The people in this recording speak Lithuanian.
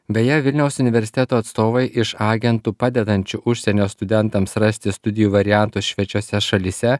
beje vilniaus universiteto atstovai iš agentų padedančių užsienio studentams rasti studijų variantų švečiose šalyse